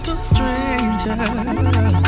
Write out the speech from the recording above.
Stranger